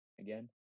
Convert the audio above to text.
again